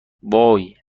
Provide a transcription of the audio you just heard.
وای